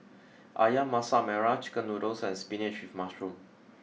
Ayam Masak Merah chicken noodles and spinach with mushroom